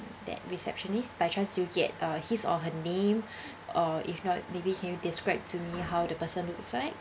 that receptionist by chance you get uh his or her name or if not maybe can you describe to me how the person looks like